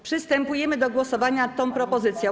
Przystępujemy do głosowania nad tą propozycją.